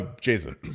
Jason